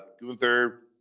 Gunther